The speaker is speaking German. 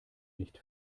nicht